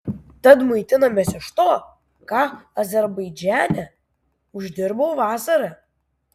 tad maitinamės iš to ką azerbaidžane uždirbau vasarą